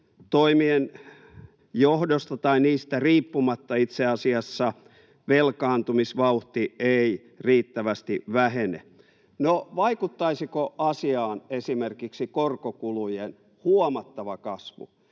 toimien johdosta tai niistä riippumatta itse asiassa velkaantumisvauhti ei riittävästi vähene. No, vaikuttaisiko asiaan esimerkiksi korkokulujen huomattava kasvu,